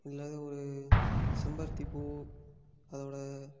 அல்லது ஒரு செம்பருத்திப்பூ அதோடய